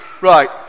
Right